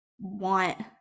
want